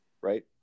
Right